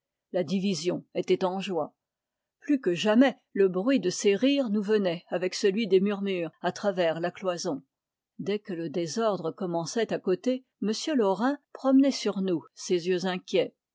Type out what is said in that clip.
la division était en joie plus que jamais le bruit de ses rires nous venait avec celui des murmures à travers la cloison dès que le désordre commençait à côté m lau rin promenait sur nous ses yeux inquiets